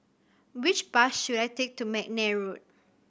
which bus should I take to McNair Road